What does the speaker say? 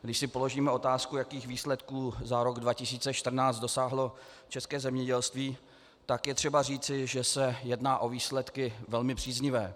Když si položíme otázku, jakých výsledků za rok 2014 dosáhlo české zemědělství, tak je třeba říci, že se jedná o výsledky velmi příznivé.